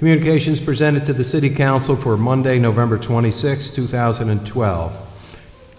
communications presented to the city council for monday november twenty sixth two thousand and twelve